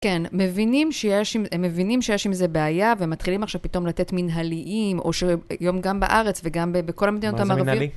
כן, מבינים שיש עם זה בעיה ומתחילים עכשיו פתאום לתת מנהליים, או שגם בארץ וגם בכל המדינות הערביות.